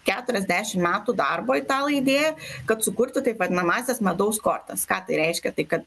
keturiasdešimt metų darbo italai idėję kad sukurtų taip vadinamąsias medaus kortas ką tai reiškia tai kad